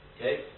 Okay